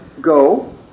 Go